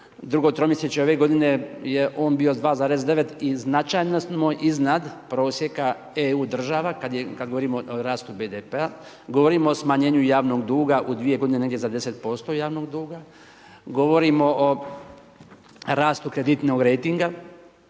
drugo tromjesečje ove godine je on bio 2,9 i značajno smo iznad prosjeka EU država kad govorimo o rastu BDP-a, govorimo o smanjenju javnog duga u 2 godine negdje za 10% javnog duga, govorimo o rastu kreditnog rejtinga,